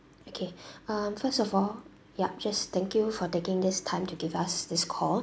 okay uh first of all yup just thank you for taking this time to give us this call